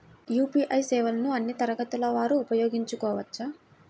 UPI సేవలని అన్నీ తరగతుల వారు వినయోగించుకోవచ్చా?